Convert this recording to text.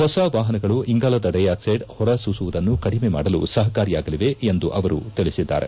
ಹೊಸ ವಾಪನಗಳು ಇಂಗಾಲದ ಡೈ ಆಕ್ಷೆಡ್ ಹೊರ ಸೂಸುವುದನ್ನು ಕಡಿಮೆ ಮಾಡಲು ಸಪಕಾರಿ ಯಾಗಲಿದೆ ಎಂದು ಅವರು ತಿಳಿಸಿದ್ದಾರೆ